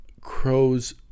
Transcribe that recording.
Crow's